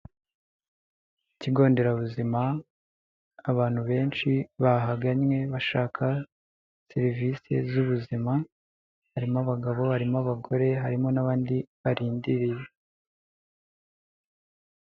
Ikigo nderabuzima, abantu benshi bahagannye bashaka serivise z'ubuzima harimo abagabo, harimo abagore harimo n'abandi barindiriye.